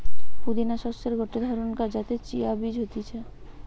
পুদিনা শস্যের গটে ধরণকার যাতে চিয়া বীজ হতিছে